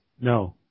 No